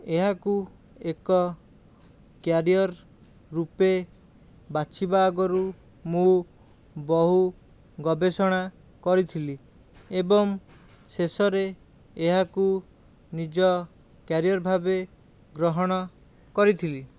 ଏହାକୁ ଏକ କ୍ୟାରିୟର ରୂପେ ବାଛିବା ଆଗରୁ ମୁଁ ବହୁ ଗବେଷଣା କରିଥିଲି ଏବଂ ଶେଷରେ ଏହାକୁ ନିଜ କ୍ୟାରିୟର ଭାବେ ଗ୍ରହଣ କରିଥିଲି